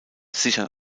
sichern